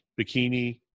bikini